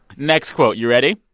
next quote. you ready?